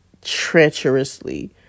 treacherously